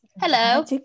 hello